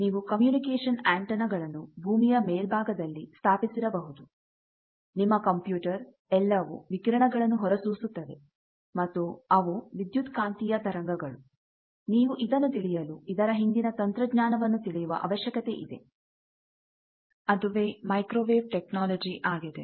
ನೀವು communication antenna ಗಳನ್ನು ಭೂಮಿಯ ಮೇಲ್ಭಾಗದಲ್ಲಿ ಸ್ಥಾಪಿಸಿರಬಹುದು ನಿಮ್ಮ ಕಂಪ್ಯೂಟರ್ ಎಲ್ಲವೂ ವಿಕಿರಣಗಳನ್ನು ಹೊರಸೂಸುತ್ತವೆ ಮತ್ತು ಅವು ವಿದ್ಯುತ್ ಕಾಂತೀಯ ತರಂಗಗಳು ನೀವು ಇದನ್ನು ತಿಳಿಯಲು ಇದರ ಹಿಂದಿನ ತಂತ್ರಜ್ಞಾನವನ್ನು ತಿಳಿಯುವ ಅವಶ್ಯಕತೆ ಇದೆ ಅದುವೇ ಮೈಕ್ರೋವೇವ್ ಟೆಕ್ನಾಲಜಿ ಆಗಿದೆ